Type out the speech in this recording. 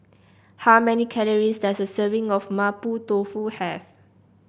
how many calories does a serving of Mapo Tofu have